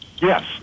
Yes